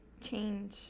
Change